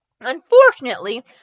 Unfortunately